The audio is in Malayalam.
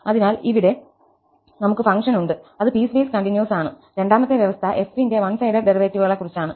അതിനാൽ ഇവിടെ നമുക്ക് ഫംഗ്ഷൻ ഉണ്ട് അത് പീസ്വേസ് കണ്ടിന്യൂസ് ആണ് രണ്ടാമത്തെ വ്യവസ്ഥ f ന്റെ വൺ സൈഡഡ് ഡെറിവേറ്റീവുകളെക്കുറിച്ചാണ്